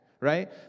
right